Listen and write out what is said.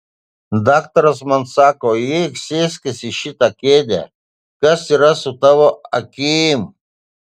daktaras man sako įeik sėskis į šitą kėdę kas yra su tavo akim